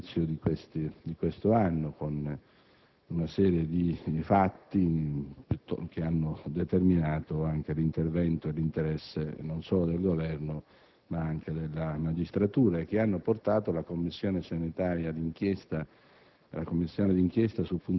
e all'inizio di quest'anno, con una serie di fatti che hanno determinato anche l'intervento di interesse non solo del Governo ma anche della magistratura, che hanno portato la Commissione d'inchiesta